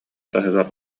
таһыгар